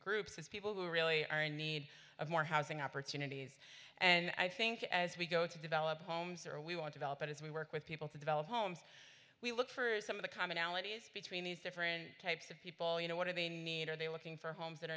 groups of people who really are in need of more housing opportunities and i think as we go to develop homes or we want to help out as we work with people to develop homes we look for some of the commonalities between these different types of people you know what i mean are they looking for homes that